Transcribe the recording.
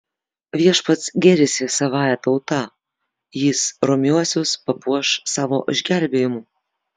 viešpats gėrisi savąja tauta jis romiuosius papuoš savo išgelbėjimu